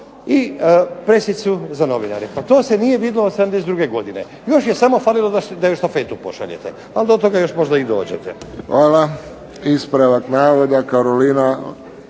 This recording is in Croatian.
i presicu za novinare. Pa to se nije vidjelo od '72. godine. Još je samo falilo da joj štafetu pošaljete, ali do toga još možda i dođete. **Friščić, Josip